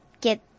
get